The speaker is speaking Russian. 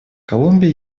колумбия